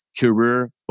career